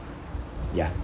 ya